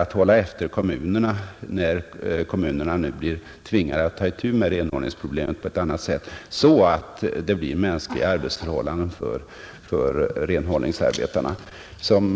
att hålla efter kommunerna, när man nu blir tvingad att där ta itu med renhållningsproblemen på ett annat sätt, så att arbetsförhållandena för renhållningsarbetarna blir mänskliga.